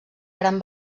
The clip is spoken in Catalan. gran